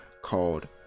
called